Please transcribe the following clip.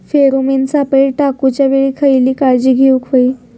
Pheromone सापळे टाकूच्या वेळी खयली काळजी घेवूक व्हयी?